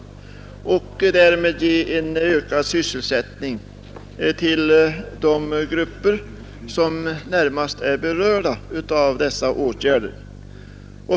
Därmed skulle åstadkommas en ökning av sysselsättningen inom de grupper som närmast är berörda av åtgärderna.